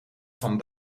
van